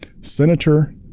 Senator